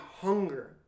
hunger